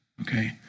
Okay